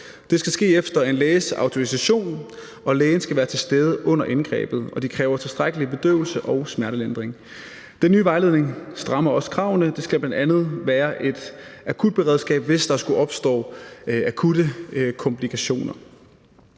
Det skal ske efter en læges autorisation, og lægen skal være til stede under indgrebet. Og det kræver tilstrækkelig bedøvelse og smertelindring. Den nye vejledning strammer også kravene. Der skal bl.a. være et akutberedskab, hvis der skulle opstå akutte komplikationer.